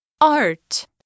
art